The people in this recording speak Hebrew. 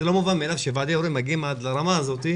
זה לא מובן מאליו שוועדי הורים מגיעים עד לרמה הזאת,